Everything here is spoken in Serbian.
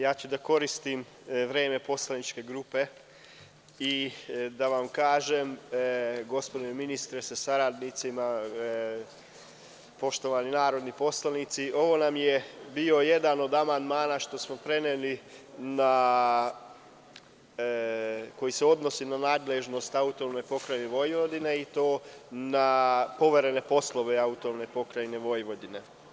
Ja ću da koristim vreme poslaničke grupe i da vam kažem gospodine ministre sa saradnicima, poštovani narodni poslanici ovo nam je bio jedan od amandmana što smo preneli na, koji se odnosi na nadležnost AP Vojvodine i to na poverene poslove AP Vojvodine.